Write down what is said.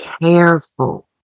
careful